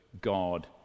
God